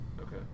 Okay